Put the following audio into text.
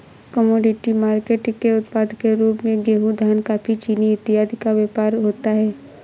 commodity market के उत्पाद के रूप में गेहूं धान कॉफी चीनी इत्यादि का व्यापार होता है